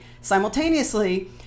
Simultaneously